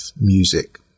music